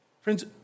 Friends